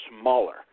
smaller